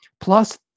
plus